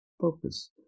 focus